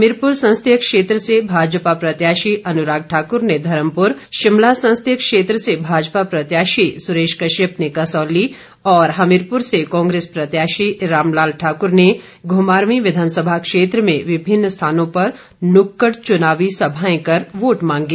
हमीरपुर संसदीय क्षेत्र से भाजपा प्रत्याशी अनुराग ठाकुर ने धर्मपुर शिमला संसदीय क्षेत्र से भाजपा प्रत्याशी सुरेश कश्यप ने कसौली और हमीरपुर से कांग्रेस प्रत्याशी राम लाल ठाकुर ने घुमारवीं विधानसभा क्षेत्र में विभिन्न स्थानों पर नुक्कड़ चुनावी सभाएं कर वोट मांगे